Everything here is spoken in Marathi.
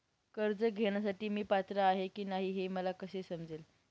कर्ज घेण्यासाठी मी पात्र आहे की नाही हे मला कसे समजेल?